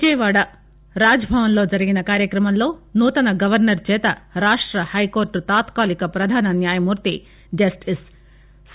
విజయవాడ రాజ్భవన్లో జరిగిన కార్యక్రమంలో నూతన గవర్నర్ చేత రాష్ట హైకోర్టు తాత్కాలిక పధాన న్యాయమూర్తి జస్టిస్ సి